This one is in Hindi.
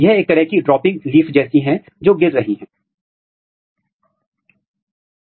लेकिन जब आप WUSCHEL के प्रोटीन स्थानीयकरण की तलाश करते हैं